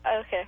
Okay